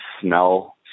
smell